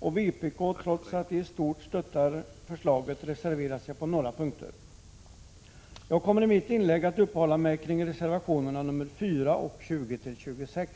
Vänsterpartiet kommunisterna har trots att de i stort stöttar förslaget reserverat sig på några punkter. Jag kommer i mitt inlägg att uppehålla mig kring reservationerna 4 och 20-26.